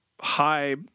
high